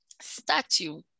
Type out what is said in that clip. statue